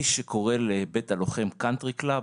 מי שקורא לבית הלוחם קאנטרי קלאב